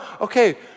okay